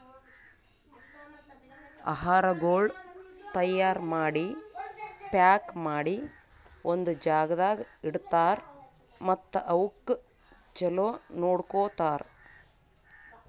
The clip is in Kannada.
ಆಹಾರಗೊಳ್ ತೈಯಾರ್ ಮಾಡಿ, ಪ್ಯಾಕ್ ಮಾಡಿ ಒಂದ್ ಜಾಗದಾಗ್ ಇಡ್ತಾರ್ ಮತ್ತ ಅವುಕ್ ಚಲೋ ನೋಡ್ಕೋತಾರ್